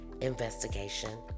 investigation